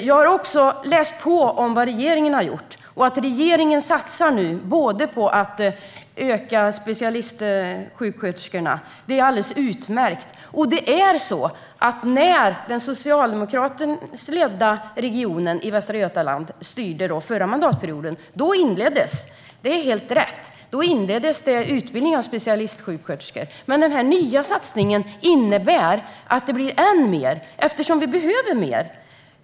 Jag har också läst på om vad regeringen har gjort, nämligen ökade satsningar på specialistsjuksköterskorna. Det är alldeles utmärkt. När Västra Götalandsregionen styrdes av Socialdemokraterna under den förra mandatperioden inleddes utbildning av specialistsjuksköterskor - det är helt rätt. Men den nya satsningen innebär att det blir ännu fler, eftersom vi behöver fler.